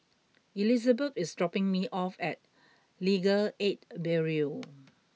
Elizebeth is dropping me off at Legal Aid Bureau